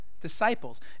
Disciples